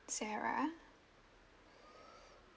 sarah